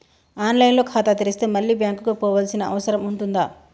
On line లో ఖాతా తెరిస్తే మళ్ళీ బ్యాంకుకు పోవాల్సిన అవసరం ఉంటుందా?